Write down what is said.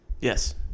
Yes